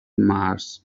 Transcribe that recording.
mars